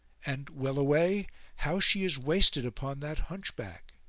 and, well-away! how she is wasted upon that hunchback!